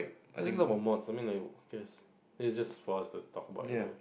this is not about mod something that you guess this is just for us to talk about anyway